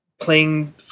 playing